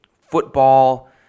football